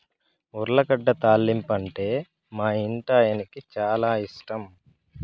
ఉర్లగడ్డ తాలింపంటే మా ఇంటాయనకి చాలా ఇష్టం